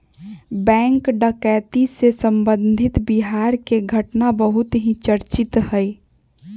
bank डकैती से संबंधित बिहार के घटना बहुत ही चर्चित हई